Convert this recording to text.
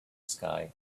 sky